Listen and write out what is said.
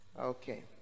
okay